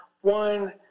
one